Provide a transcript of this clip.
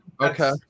Okay